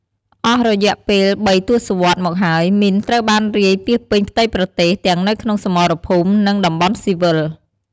អស់រយៈពេលបីទស្សវត្សមកហើយ មីនត្រូវបានរាយពាសពេញផ្ទៃប្រទេស ទាំងនៅក្នុងសមរភូមិ និងតំបន់ស៊ីវិល។